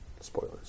Spoilers